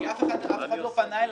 כי אף אחד לא פנה אליי.